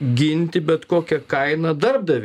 ginti bet kokia kaina darbdavį